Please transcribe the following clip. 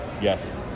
Yes